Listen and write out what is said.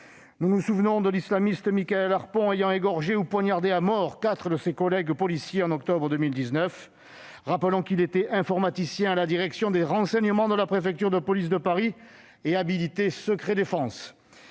Souvenons-nous de l'islamiste Mickaël Harpon, qui a égorgé ou poignardé à mort quatre de ses collègues policiers en octobre 2019. Rappelons qu'il était informaticien à la direction des renseignements de la préfecture de police de Paris et qu'il était « habilité secret-défense